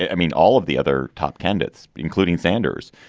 i mean, all of the other top candidates, including sanders.